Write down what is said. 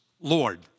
Lord